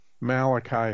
Malachi